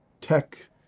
tech